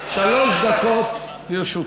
שלוש דקות לרשותך.